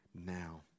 now